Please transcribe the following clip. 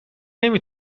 نمی